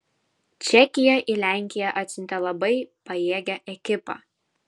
čekija į lenkiją atsiuntė labai pajėgią ekipą